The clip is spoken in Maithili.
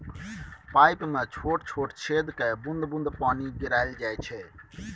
पाइप मे छोट छोट छेद कए बुंद बुंद पानि गिराएल जाइ छै